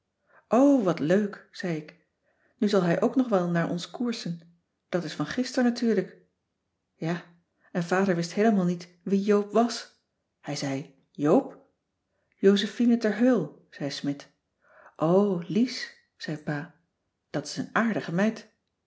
wat leuk zei ik nu zal hij ook nog wel naar ons koersen dat is van gister natuurlijk ja en vader wist heelemaal niet wie joop was hij zei joop josephine ter heul zei smidt cissy van marxveldt de h b s tijd van joop ter heul o lies zei pa dat is een aardige meid